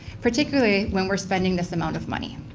particularly when we're spending this amount of money.